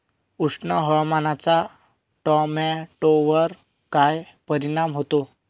उष्ण हवामानाचा टोमॅटोवर काय परिणाम होतो?